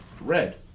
Red